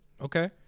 okay